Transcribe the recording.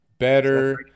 Better